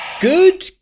good